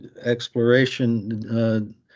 exploration